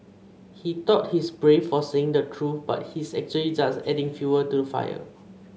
he thought he's brave for saying the truth but he's actually just adding fuel to the fire